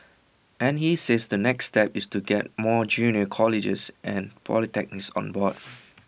and he says the next step is to get more junior colleges and polytechnics on board